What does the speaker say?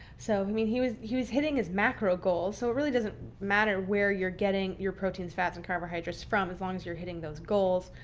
so i mean he was he was hitting his macro goals. so it really doesn't matter where you're getting your proteins, fats, and carbohydrates from as long as you're hitting those goals.